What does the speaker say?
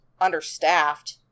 understaffed